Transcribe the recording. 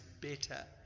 better